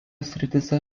srityse